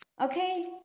okay